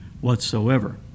whatsoever